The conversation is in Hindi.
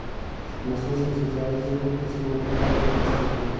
मसूर की सिंचाई के लिए किस मोटर का उपयोग कर सकते हैं?